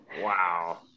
Wow